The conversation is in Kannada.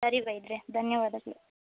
ಸರಿ ವೈದ್ಯರೇ ಧನ್ಯವಾದಗಳು